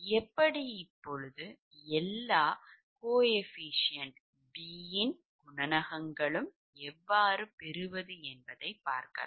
எப்படி இப்போது எல்லா B குணகங்களும் எவ்வாறு பெறுவோம்